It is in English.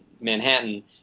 Manhattan